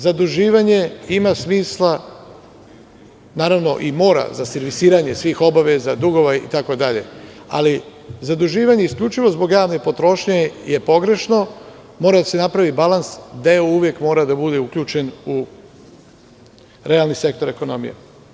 Zaduživanje ima smisla, mora i za servisiranje svih obaveza, dugova itd, ali i zaduživanje isključivo zbog javne potrošnje je pogrešno, mora da se napravi balans, gde uvek mora da bude uključen u realne sektore ekonomije.